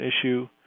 issue